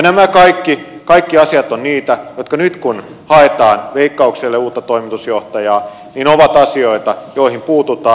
nämä kaikki asiat ovat niitä joihin nyt kun haetaan veikkaukselle uutta toimitusjohtajaa puututaan